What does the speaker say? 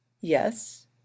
yes